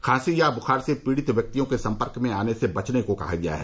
खांसी या बुखार से पीड़ित व्यक्तियों के सम्पर्क में आने से बचने को कहा गया है